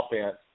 offense